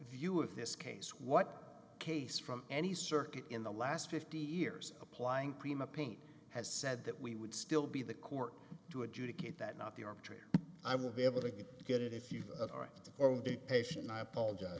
view of this case what case from any circuit in the last fifty years applying prima pain has said that we would still be the court to adjudicate that not the arbitrator i will be able to get it if you are or will be patient i apologize